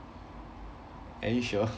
are you sure